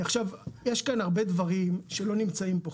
עכשיו יש כאן הרבה דברים שלא נמצאים פה.